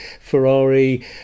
Ferrari